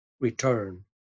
Return